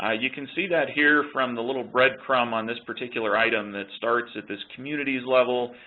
ah you can see that here from the little breadcrumb on this particular item that starts at this community level.